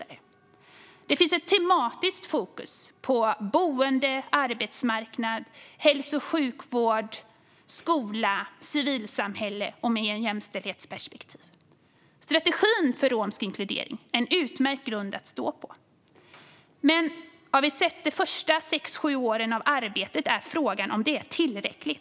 Det finns också ett tematiskt fokus på boende, arbetsmarknad, hälso och sjukvård, skola, civilsamhälle och jämställdhetsperspektiv. Strategin för romsk inkludering är en utmärkt grund att stå på. Men när vi har sett de första sex sju åren av arbetet är frågan om det är tillräckligt.